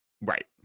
Right